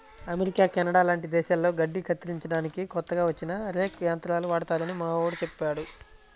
America, Canada లాంటి దేశాల్లో గడ్డి కత్తిరించడానికి కొత్తగా వచ్చిన రేక్ యంత్రాలు వాడతారని మావోడు చెప్పాడు